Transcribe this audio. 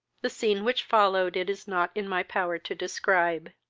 the scene which followed it is not in my power to describe.